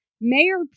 Mayor